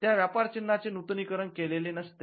त्या व्यापार चिन्हाचे नूतनीकरण केलेले नसते